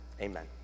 Amen